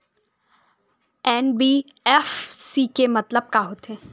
NBFC के मतलब का होथे?